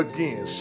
Again